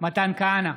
מתן כהנא,